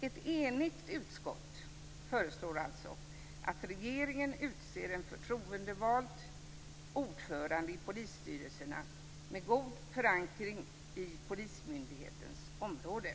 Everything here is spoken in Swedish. Ett enigt utskott föreslår alltså att regeringen utser en förtroendevald ordförande i polisstyrelserna med god förankring på polismyndighetens område.